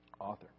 author